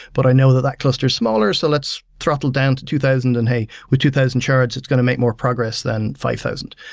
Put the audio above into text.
but i know that that cluster is smaller so let's throttle down to two thousand, and hey, we're two thousand shards. it's going to make more progress than five thousand.